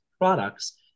products